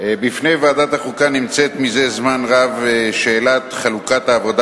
בפני ועדת החוקה נמצאת זה זמן רב שאלת חלוקת העבודה